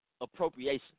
appropriation